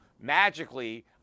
magically